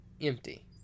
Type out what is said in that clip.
empty